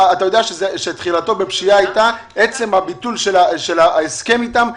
אתה יודע שתחילתו בפשיעה הייתה עצם הביטול של ההסכם אתם.